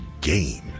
game